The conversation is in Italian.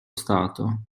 stato